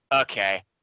okay